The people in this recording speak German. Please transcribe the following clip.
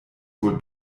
wohl